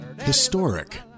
Historic